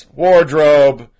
wardrobe